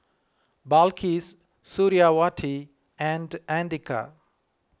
Balqis Suriawati and andika